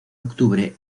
octubre